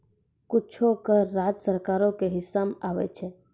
कुछो कर राज्य सरकारो के हिस्सा मे आबै छै